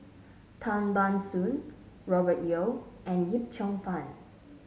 Tan Ban Soon Robert Yeo and Yip Cheong Fun